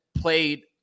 played